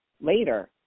later